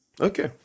okay